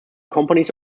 companies